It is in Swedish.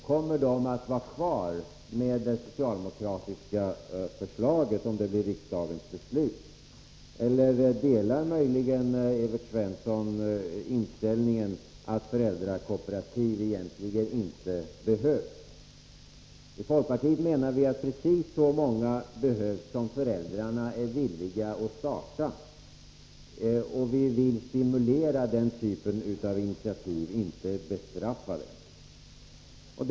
Kommer dessa daghem att finnas kvar, om riksdagen beslutar i enlighet med det socialdemokratiska förslaget, eller delar möjligen Evert Svensson uppfattningen att föräldrakooperativ egentligen inte behövs? Vi i folkpartiet menar att precis så många behövs som föräldrarna är villiga att starta. Vi vill stimulera den typen av initiativ, inte bestraffa dem.